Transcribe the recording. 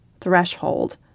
threshold